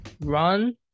run